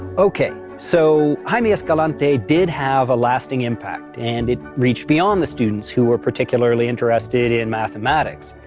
okay. so, jaime escalante did have a lasting impact and it reached beyond the students who were particularly interested in mathematics.